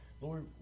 Lord